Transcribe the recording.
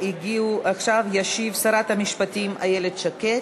עכשיו תשיב שרת המשפטים איילת שקד.